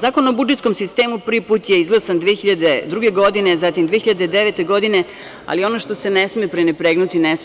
Zakon o budžetskom sistemu prvi put je izglasan 2002. godine, zatim 2009. godine, ali ono što se ne sme prenapregnuti ne